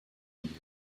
идей